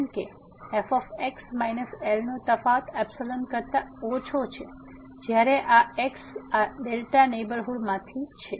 જેમ કે f minus L નો તફાવત કરતા ઓછો છે જ્યારે આ x આ નેહબરહુડ માંથી છે